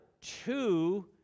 two